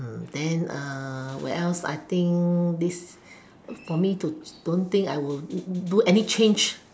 then ah where else I think this for me to don't think I will do any change